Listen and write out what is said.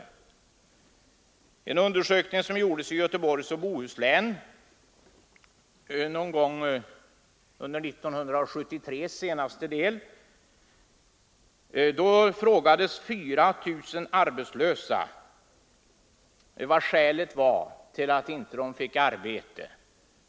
Vid en undersökning i Göteborgs och Bohus län någon gång under senare delen av 1973 tillfrågades 4 000 arbetslösa vad skälet var till att de inte fick arbete.